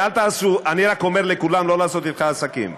אני רק אומר לכולם לא לעשות אתך עסקים.